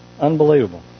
Unbelievable